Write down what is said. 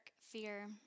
fear